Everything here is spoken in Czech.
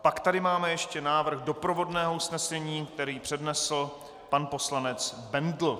Pak tady máme ještě návrh doprovodného usnesení, který přednesl pan poslanec Bendl.